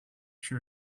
she